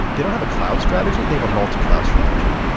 they don't have a cloud strategy. they have a multi-cloud strategy.